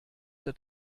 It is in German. der